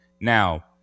Now